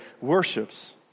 worships